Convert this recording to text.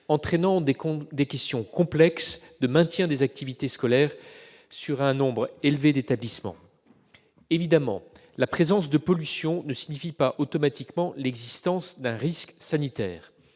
entraînant des questions complexes de maintien des activités scolaires dans un nombre élevé d'établissements. Évidemment, la présence de pollution ne signifie pas automatiquement l'existence d'un risque sanitaire.